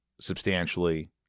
substantially